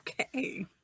Okay